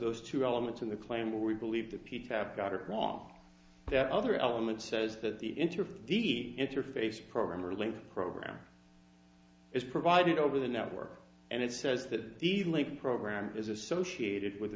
those two elements in the claim we believe that people have got it wrong the other elements says that the interface the interface programmer link program is provided over the network and it says that the easily program is associated with the